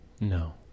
no